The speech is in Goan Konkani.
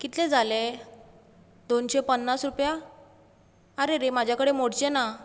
कितले जाले दोनशीं पन्नास रूपया आरेरे म्हाजे कडेन मोडचे ना